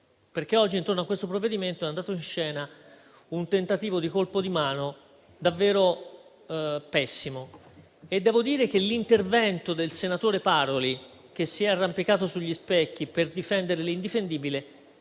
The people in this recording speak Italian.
infatti, intorno a questo provvedimento è andato in scena un tentativo di colpo di mano davvero pessimo. Devo dire che l'intervento del senatore Paroli, che si è arrampicato sugli specchi per difendere l'indifendibile,